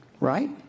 right